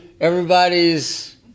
everybody's